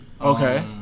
Okay